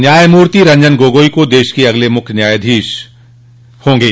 न्यायमूर्ति रंजन गोगोई देश क अगले मुख्य न्यायाधीश होंगे